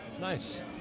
Nice